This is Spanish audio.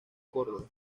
córdoba